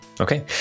okay